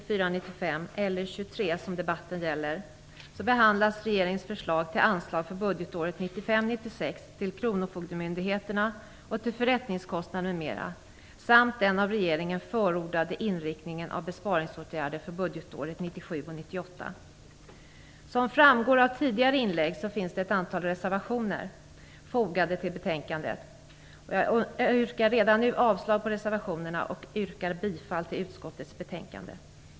Fru talman! I lagutskottets betänkande Som framgått av de föregående inläggen finns det ett antal reservationer fogade till betänkandet. Jag yrkar därför redan nu avslag på reservationerna och bifall till utskottets hemställan.